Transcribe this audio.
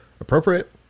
appropriate